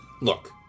Look